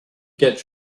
get